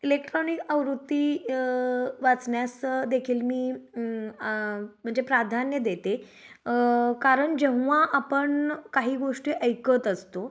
electronic आवृत्ती वाचण्या्सदेखील मी म्हणजे प्राधान्य देते कारण जेव्हा आपण काही गोष्टी ऐकत असतो